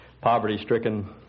poverty-stricken